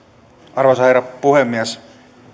arvoisa herra puhemies